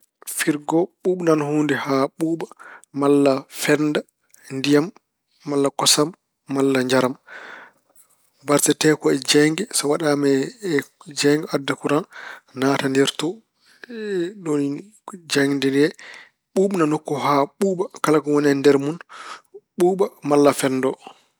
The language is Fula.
Firgo ɓuuɓnan huunde haa ɓuuɓa malla fennda ndiyam malla kosam malla njaram. Barjate ko e jeeynge. So waɗaama e jeeynge, adda kuraŋ, naata nder to. Ɗum woni jeeynge nge ɓuuɓna nokku o haa ɓuuɓa. Kala ko woni e nder mun ɓuuɓa malla fenndo.